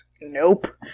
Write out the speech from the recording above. Nope